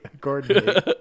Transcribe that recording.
Gordon